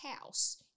house